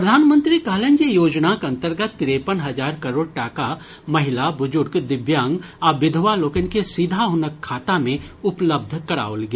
प्रधानमंत्री कहलनि जे योजनाक अंतर्गत तिरेपन हजार करोड़ टाका महिला बुजुर्ग दिव्यांग आ विधवा लोकनि के सीधा हुनक खाता मे उपलब्ध कराओल गेल